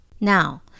Now